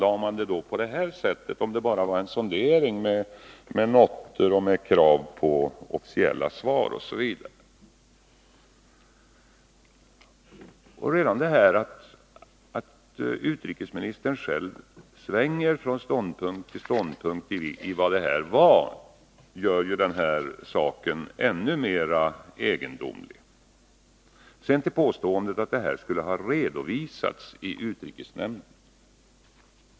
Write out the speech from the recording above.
Om det nu bara var fråga om en sondering, med noter och krav på officiella svar osv., varför handlade man då frågan på det sätt som skedde? Det faktum att utrikesministern själv svänger från ståndpunkt till ståndpunkt när det gäller frågan om vad det faktiskt rörde sig om gör saken ännu mera egendomlig. Sedan till påståendet att förslaget skulle ha redovisats i utrikesnämnden.